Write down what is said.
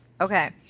Okay